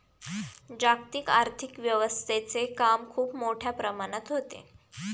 जागतिक आर्थिक व्यवस्थेचे काम खूप मोठ्या प्रमाणात होते